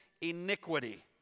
iniquity